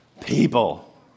People